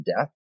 death